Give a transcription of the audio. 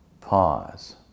Pause